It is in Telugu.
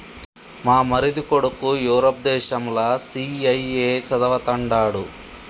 మా మరిది కొడుకు యూరప్ దేశంల సీఐఐఏ చదవతండాడు